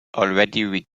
regretting